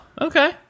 okay